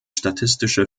statistische